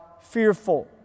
fearful